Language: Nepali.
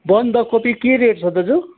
बन्दकोपी के रेट छ दाजु